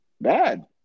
Bad